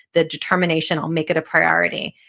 the determination. i'll make it a priority.